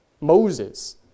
Moses